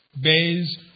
based